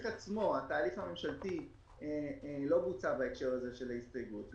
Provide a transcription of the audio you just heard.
הממשלתי לא בוצע בהקשר הזה של ההסתייגות,